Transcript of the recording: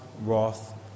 wrath